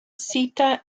sita